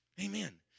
Amen